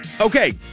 Okay